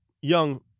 young